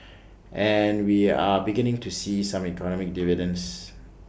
and we are beginning to see some economic dividends